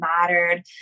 mattered